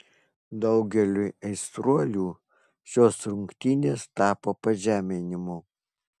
daugeliui aistruolių šios rungtynės tapo pažeminimu